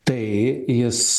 tai jis